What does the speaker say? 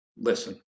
listen